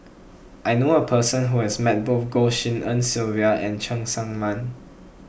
I knew a person who has met both Goh Tshin En Sylvia and Cheng Tsang Man